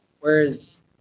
Whereas